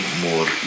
more